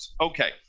Okay